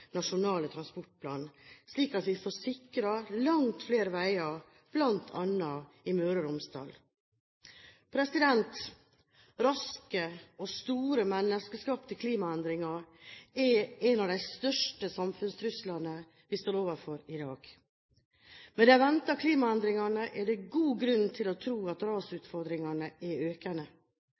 transportplan, slik at vi får sikret langt flere veier, bl.a. i Møre og Romsdal. Raske og store menneskeskapte klimaendringer er en av de største samfunnstruslene vi står overfor i dag. Med de ventede klimaendringene er det god grunn til å tro at rasutfordringen er økende.